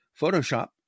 Photoshop